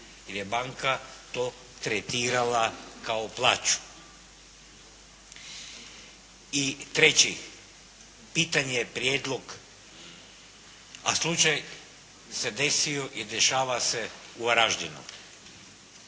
gdje je banka to tretirala kao plaću. I treći, pitanje, prijedlog, a slučaj se desio i dešava se u Varaždinu.